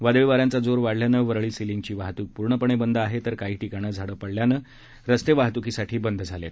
वादळी वाऱ्यांचा जोर वाढल्यानं वरळी सीलिंकची वाहतूक पूर्णपणे बंद आहेत तर काही ठिकाणी झाडं पडल्यानं रस्ते वाहतुकीसाठी बंद झाले आहेत